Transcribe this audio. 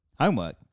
Homework